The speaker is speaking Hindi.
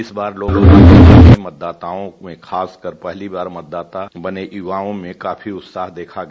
इस बार लोकसभा चुनाव में मतदाताओं में खासकर पहली बार मतदाता बने युवाओं में काफी उत्साह देखा गया